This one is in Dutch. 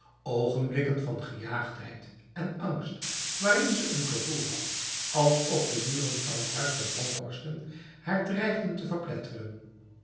ogenblikken van gejaagdheid en angst waarin ze een gevoel had alsof de muren van het huis der bronkhorsten haar dreigden te verpletteren